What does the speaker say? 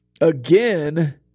again